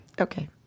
Okay